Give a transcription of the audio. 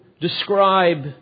describe